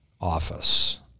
office